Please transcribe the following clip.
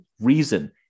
reason